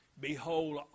Behold